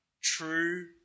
true